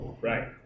Right